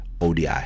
ODI